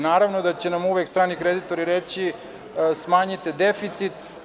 Naravno da će nam uvek strani kreditori reći - smanjite deficit.